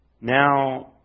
now